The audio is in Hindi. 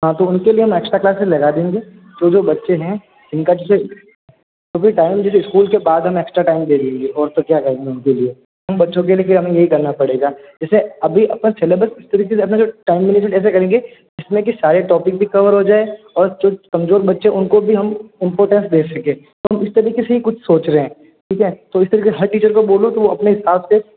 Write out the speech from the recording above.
हाँ तो उनके लिए हम एक्स्ट्रा क्लासेस लगा देंगे जो जो बच्चे हैं उनके जैसे जो भी टाइम है उनको हम स्कूल के बाद एक्स्ट्रा टाइम दे देंगे और तो क्या करेंगे उनके लिए उन बच्चों के लिए यही करना पड़ेगा जैसे अभी अपन सिलेबस पहले ज़्यादा टाइम मिलेगा तो ऐसा करेंगे कि उसमें के सारे टॉपिक भी कर हो जाए और उनमें जो कमजोर बच्चे है उनको भी हम इंपोर्टेंस दे सकें तो हम इस तरीके से ही कुछ सोच रहे हैं ठीक है हर टीचर को बोलो तो वो अपने हिसाब से